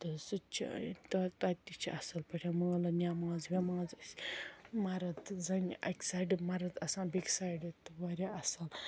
تہٕ سُہ تہِ چھُ تَہ تَتہِ چھُ اَصٕلۍ پٲٹھۍ مٲلہٕ نٮ۪ماز وٮ۪ماز أسۍ مرٕد زَنہِ اکہِ سایِڈٕ مَرٕد آسان بیٚیہِ کہِ سایِڈٕ تہٕ واریاہ اَصٕل